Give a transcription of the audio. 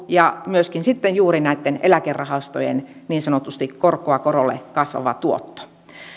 ja myöskin sitten juuri näitten eläkerahastojen niin sanotusti korkoa korolle kasvava tuotto